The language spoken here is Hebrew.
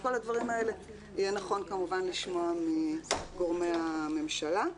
כל הדברים האלה יהיה נכון כמובן לשמוע מגורמי הממשלה,